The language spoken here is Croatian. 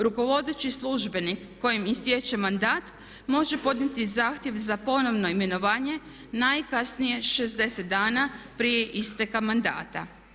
Rukovodeći službenik kojem istječe mandat može podnijeti zahtjev za ponovno imenovanje najkasnije 60 dana prije isteka mandata.